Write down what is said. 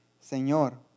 Señor